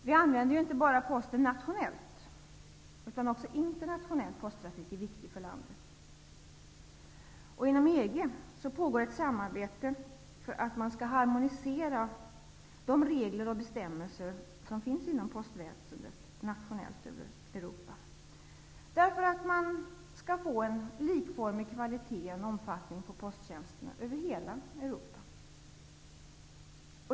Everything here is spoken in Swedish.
Vi använder inte bara Posten nationellt. Också internationell posttrafik är viktig för landet. Inom EG pågår ett arbete för att harmonisera regler och bestämmelser inom postväsendet. Syftet är att man skall få en likformig kvalitet och omfattning på posttjänster över hela Europa.